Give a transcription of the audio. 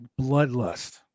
Bloodlust